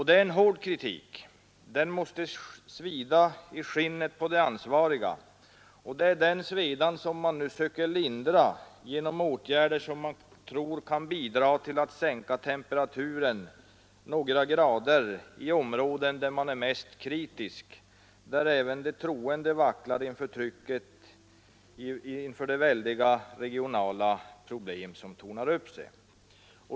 Det är en hård kritik, som måste svida i skinnet på de ansvariga, och den svedan söker man nu lindra genom åtgärder som man tror kan bidra till att sänka temperaturen några grader i områden där kritiken är störst, där även de troende vacklar inför trycket av de väldiga regionala problem som tornar upp sig.